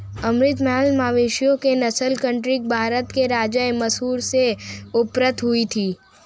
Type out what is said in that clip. अमृत महल मवेशियों की नस्ल कर्नाटक, भारत के राज्य मैसूर से उत्पन्न हुई थी